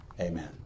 amen